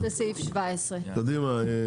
לא משנה.